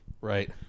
right